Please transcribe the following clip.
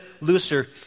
looser